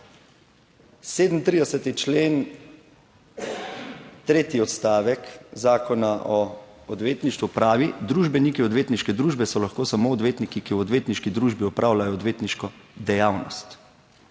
37. člen, tretji odstavek Zakona o odvetništvu pravi: "Družbeniki odvetniške družbe so lahko samo odvetniki, ki v odvetniški družbi opravljajo odvetniško dejavnost."